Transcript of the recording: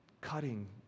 Cutting